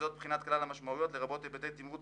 וזאת תוך בחינת כלל המשמעויות לרבות היבטי תמרוץ